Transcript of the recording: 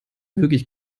wirklich